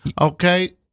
okay